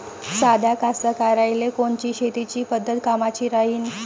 साध्या कास्तकाराइले कोनची शेतीची पद्धत कामाची राहीन?